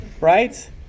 right